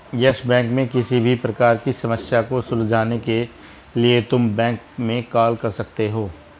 yes Bank में किसी भी प्रकार की समस्या को सुलझाने के लिए तुम बैंक में कॉल कर सकते हो